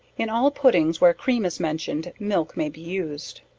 in all puddings, where cream is mentioned, milk may be used.